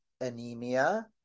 anemia